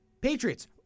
Patriots